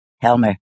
Helmer